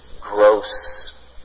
gross